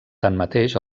tanmateix